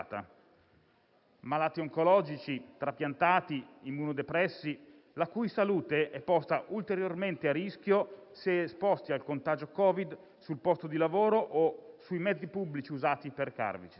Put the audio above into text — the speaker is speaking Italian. malati oncologici, trapiantati, immunodepressi, la cui salute è posta ulteriormente a rischio, se esposti al contagio Covid sul posto di lavoro o sui mezzi pubblici usati per recarvisi.